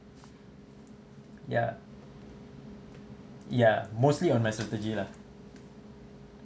ya ya mostly on my strategy lah